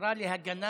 בודדים.